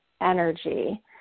energy